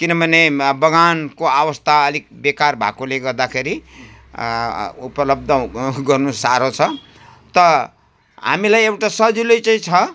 किनभने बगानको अवस्था अलिक बेकार भएकोले गर्दाखेरि उपलब्ध गर्नु साह्रो छ त हामीलाई एउटा सजिलै चाहिँ छ